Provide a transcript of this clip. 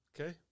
Okay